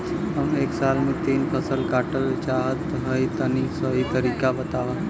हम एक साल में तीन फसल काटल चाहत हइं तनि सही तरीका बतावा?